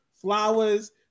flowers